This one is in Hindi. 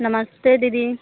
नमस्ते दीदी